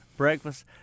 breakfast